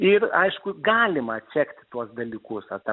ir aišku galima atsekti tuos dalykus o ta